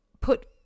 put